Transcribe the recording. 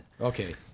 okay